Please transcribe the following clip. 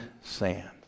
sand